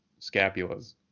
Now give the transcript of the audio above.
scapulas